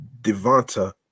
Devonta